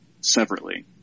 separately